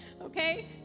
Okay